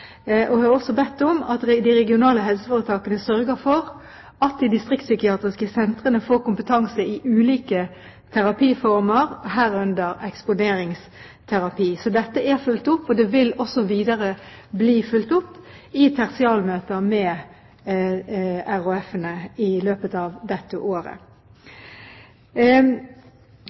og jeg har også bedt om at de regionale helseforetakene sørger for at de distriktspsykiatriske sentrene får kompetanse i ulike terapiformer, herunder eksponeringsterapi. Så dette er fulgt opp, og det vil også bli fulgt opp videre i tertialmøter med RHF-ene i løpet av dette året.